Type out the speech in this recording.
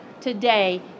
today